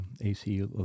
AC